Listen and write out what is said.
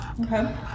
okay